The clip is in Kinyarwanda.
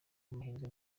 amahirwe